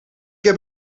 heb